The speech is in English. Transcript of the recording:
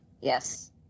yes